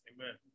Amen